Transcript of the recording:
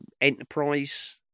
enterprise